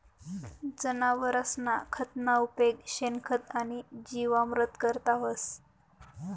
जनावरसना खतना उपेग शेणखत आणि जीवामृत करता व्हस